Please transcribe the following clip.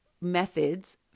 methods